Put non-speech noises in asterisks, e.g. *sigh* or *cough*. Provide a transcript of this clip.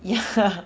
ya *laughs*